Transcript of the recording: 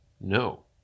No